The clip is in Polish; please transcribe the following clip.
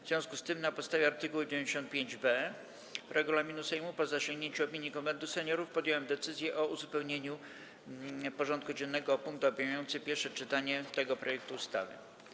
W związku z tym, na podstawie art. 95b regulaminu Sejmu, po zasięgnięciu opinii Konwentu Seniorów, podjąłem decyzję o uzupełnieniu porządku dziennego o punkt obejmujący pierwsze czytanie tego projektu ustawy.